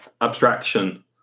abstraction